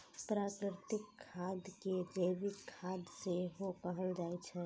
प्राकृतिक खाद कें जैविक खाद सेहो कहल जाइ छै